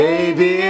Baby